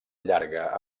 llarga